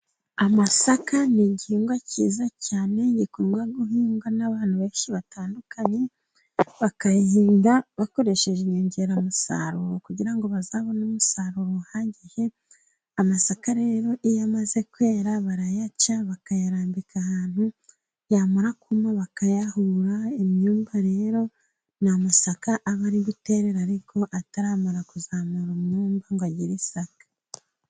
Amasaka ni igihingwa cyiza cyane, gikundwa guhingwa n'abantu benshi batandukanye, bakayahinga bakoresheje inyongeramusaruro kugira ngo bazabone umusaruro uhagije, amasaka rero iyo amaze kwera barayaca, bakayarambika ahantu, yamara kunywa bakayahura, imyumba rero ni amasaka aba ari guterera ariko ataramara kuzamura umwumba ngo agire isaka.